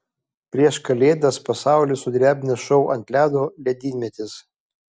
prieš kalėdas pasaulį sudrebinęs šou ant ledo ledynmetis